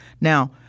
Now